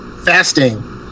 Fasting